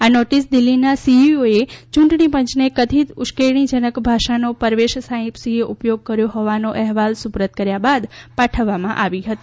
આ નોટીસ દિલ્હીના સીઇઓ એ યૂંટણીપંચને કથિત ઉશ્કેરણીજનક ભાષાનો પરવેશ સાહિબસિંહે ઉપયોગ કર્યો હોવાનો અહેવાલ સુપ્રત કર્યા બાદ આ નોટીસ પાઠવવામાં આવી છે